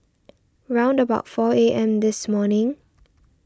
round about four A M this morning